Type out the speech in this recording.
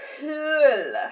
Cool